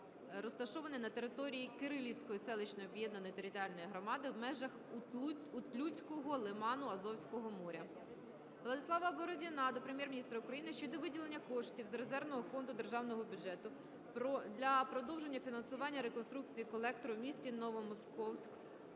розташований на території Кирилівської селищної об'єднаної територіальної громади, в межах Утлюцького лиману Азовського моря. Владислава Бородіна до Прем'єр-міністра України щодо виділення коштів з резервного фонду державного бюджету для продовження фінансування реконструкції колектору в місті Новомосковськ